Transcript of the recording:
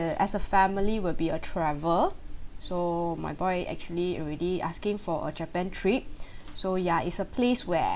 as a family will be a travel so my boy actually already asking for a japan trip so ya it's a place where